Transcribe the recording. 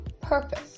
purpose